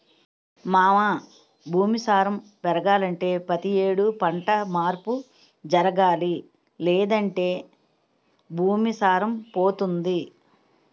మావా భూమి సారం పెరగాలంటే పతి యేడు పంట మార్పు జరగాలి లేదంటే భూమి సారం పోతుంది